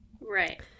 Right